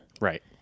Right